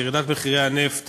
ירידת מחירי הנפט